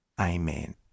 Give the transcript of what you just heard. Amen